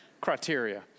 criteria